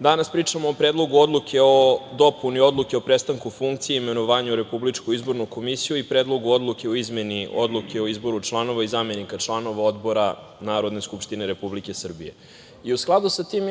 danas pričamo o Predlogu odluke o dopuni Odluke o prestanku funkcije i imenovanju u Republičku izbornu komisiju i Predlogu odluke o izmeni Odluke o izboru članova i zamenika članova Odbora Narodne skupštine Republike Srbije.U skladu sa tim,